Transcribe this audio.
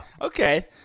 Okay